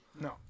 no